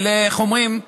ואיך אומרים,